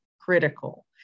critical